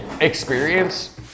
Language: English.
Experience